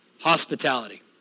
hospitality